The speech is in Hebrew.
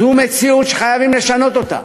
זו מציאות שחייבים לשנות אותה.